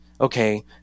Okay